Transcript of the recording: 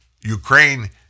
Ukraine